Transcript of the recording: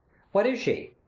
what is she?